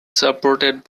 supported